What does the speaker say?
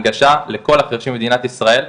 הנגשה לכל החרשים במדינת ישראל.